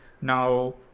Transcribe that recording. now